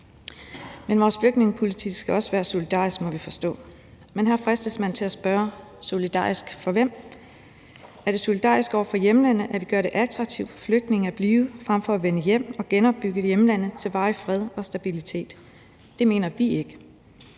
Men vores politik skal også være solidarisk, må vi forstå. Men her fristes man til at spørge: solidarisk for hvem? Er det solidarisk over for hjemlandet, at vi gør det attraktivt for flygtninge at blive frem for at vende hjem og genopbygge hjemlandet til varig fred og stabilitet? Det mener vi ikke.